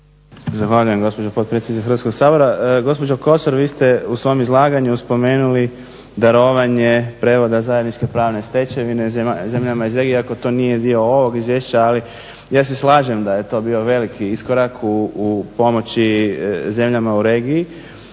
Zahvaljujem gospođo potpredsjednice Hrvatskog sabora. Gospođo Kosor, vi ste u svom izlaganju spomenuli darovanje prijevoda zajedničke pravne stečevine zemljama iz regije. Iako to nije dio ovog izvješća, ali ja se slažem da je to bio veliki iskorak u pomoći zemljama u regiji.